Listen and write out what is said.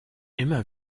immer